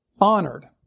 honored